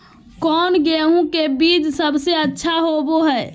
कौन गेंहू के बीज सबेसे अच्छा होबो हाय?